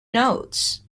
notes